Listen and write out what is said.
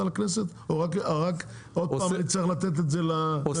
לכנסת או שנצטרך שוב לתת את זה לממ"מ.